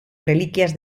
reliquias